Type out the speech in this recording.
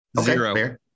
Zero